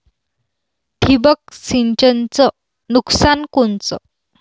ठिबक सिंचनचं नुकसान कोनचं?